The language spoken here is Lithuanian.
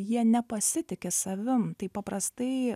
jie nepasitiki savim taip paprastai